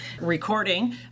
recording